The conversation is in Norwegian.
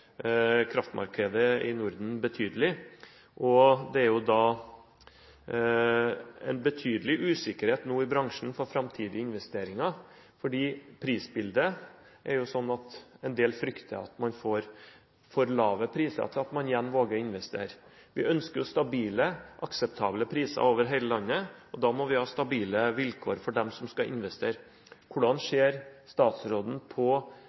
kraftmarkedet i Norden betydelig, og det er nå en betydelig usikkerhet i bransjen for framtidige investeringer. Prisbildet er jo sånn at en del frykter at man får for lave priser til at man igjen våger å investere. Vi ønsker stabile, akseptable priser over hele landet, og da må vi ha stabile vilkår for dem som skal investere. Hvordan ser statsråden på